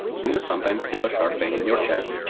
do you sometimes feel a sharp pain in your chest?